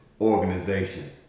organization